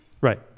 Right